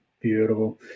Beautiful